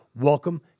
Welcome